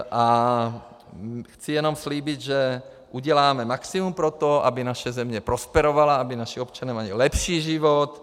A chci jenom slíbit, že uděláme maximum pro to, aby naše země prosperovala, aby naši občané měli lepší život.